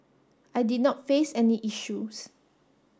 I did not face any issues